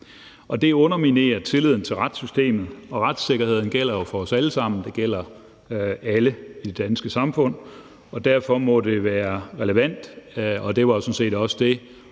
Det underminerer tilliden til retssystemet. Retssikkerheden gælder jo for os alle sammen, gælder alle i det danske samfund, og derfor må det være relevant – og det var sådan set også det,